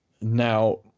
now